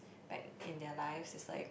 like in their lives is like